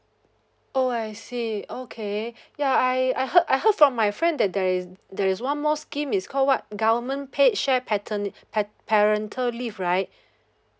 oh I see okay ya I I heard I heard from my friend that there is there is one more scheme is called what government paid shared pater~ par~ parental leave right